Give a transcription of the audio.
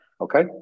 Okay